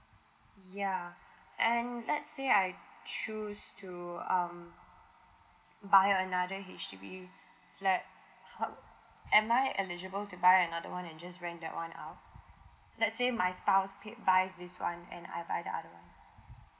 ya and let's say I choose to um buy another H_D_B flat uh am I eligible to buy another one and just rent that one up let's say my spouse pay buys this [one] and I buy the other [one]